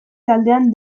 taldean